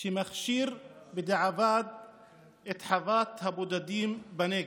שהכשיר בדיעבד את חוות הבודדים בנגב.